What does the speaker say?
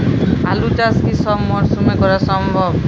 আলু চাষ কি সব মরশুমে করা সম্ভব?